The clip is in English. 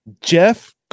Jeff